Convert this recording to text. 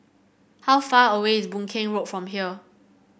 how far away is Boon Keng Road from here